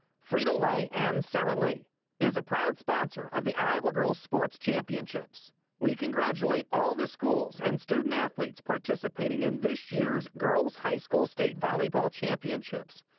frito-lay and sara lee is a proud sponsor of the iowa girls sports championships we congratulate all the schools and student athletes participating in this year's girls high school state volley bale championships.